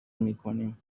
میکنیم